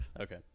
Okay